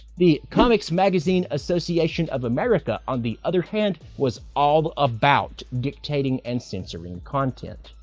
the comics magazine association of america, on the other hand, was all about dictating and censoring content.